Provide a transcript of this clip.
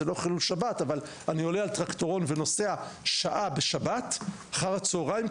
עולה על טרקטורון ונוסע בשבת אחר הצהריים,